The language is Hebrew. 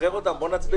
שחרר אותם, בוא נצביע.